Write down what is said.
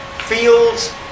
fields